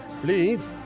please